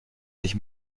sich